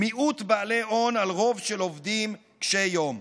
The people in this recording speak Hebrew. מיעוט בעלי הון על רוב של עובדים קשי יום.